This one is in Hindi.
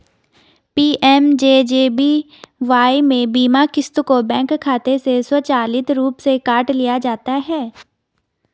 पी.एम.जे.जे.बी.वाई में बीमा क़िस्त को बैंक खाते से स्वचालित रूप से काट लिया जाता है